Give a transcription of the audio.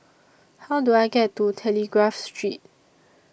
How Do I get to Telegraph Street